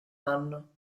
anno